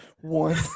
one